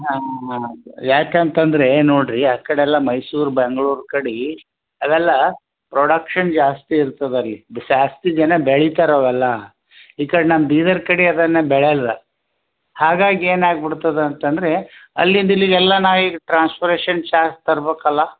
ಹಾಂ ಹಾಂ ಯಾಕೆಂತಂದ್ರೆ ನೋಡಿರಿ ಆ ಕಡೆ ಎಲ್ಲ ಮೈಸೂರು ಬೆಂಗಳೂರು ಕಡೆ ಅವೆಲ್ಲ ಪ್ರೊಡಕ್ಷನ್ ಜಾಸ್ತಿ ಇರ್ತದೆ ಅಲ್ಲಿ ಬಿ ಜಾಸ್ತಿ ಜನ ಬೆಳಿತಾರೆ ಅವೆಲ್ಲ ಈ ಕಡೆ ನಮ್ಮ ಬೀದರ್ ಕಡೆ ಅದನ್ನು ಬೆಳೆಯೊಲ್ಲ ಹಾಗಾಗಿ ಏನಾಗಿ ಬಿಡ್ತದೆ ಅಂತಂದರೆ ಅಲ್ಲಿಂದ ಇಲ್ಲಿಗೆಲ್ಲ ನಾ ಈಗ ಟ್ರಾನ್ಸ್ಪರೇಷನ್ ಚಾರ್ಜ್ ತರಬೇಕಲ್ಲ